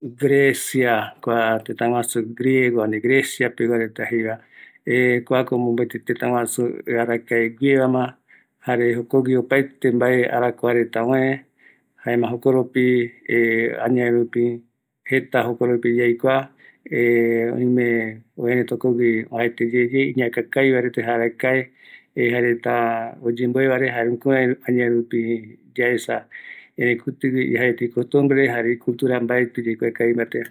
Gracia pegua reta kuareta jae ma ifamoso esar arakaeguiema ou kua cultura griega jaereta iteatro mitologia jare jaereta ireligion ortodoxa jaereta oime guɨinoi jaereta guɨrovia opaete mbae mbae reta kirai arakaeyae ou oiko vareta jaeko arakae guie jokurai kuareta jekoreta guereu gueru hasta kua ara rupi jeiete jukurai yogueru reta